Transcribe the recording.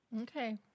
Okay